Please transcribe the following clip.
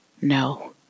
No